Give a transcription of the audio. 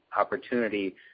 opportunity